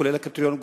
כולל הקריטריונים,